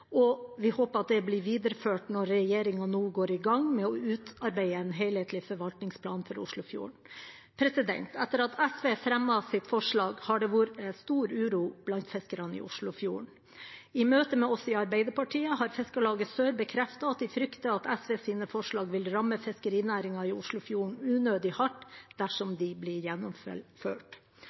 og vi håper at det blir videreført når regjeringen nå går i gang med å utarbeide en helhetlig forvaltningsplan for Oslofjorden. Etter at SV fremmet sitt forslag, har det vært stor uro blant fiskerne i Oslofjorden. I møte med oss i Arbeiderpartiet har Fiskerlaget Sør bekreftet at de frykter at SVs forslag vil ramme fiskerinæringen i Oslofjorden unødig hardt dersom de blir